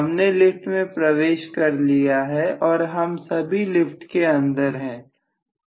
हमने लिफ्ट में प्रवेश कर लिया है और हम सभी लिफ्ट के अंदर हैं